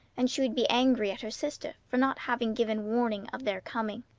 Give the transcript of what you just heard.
and she would be angry at her sister for not having given warning of their coming.